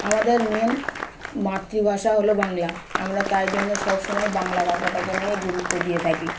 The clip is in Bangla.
আমাদের মেন মাতৃভাষা হলো বাংলা আমরা তাই জন্য সব সমময় বাংলা ভাষাটাকে নিয়ে গুরুত্ব দিয়ে থাকি